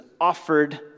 offered